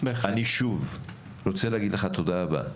אני שוב רוצה להגיד לך תודה רבה.